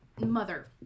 mother